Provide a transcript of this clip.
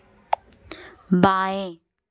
बाएँ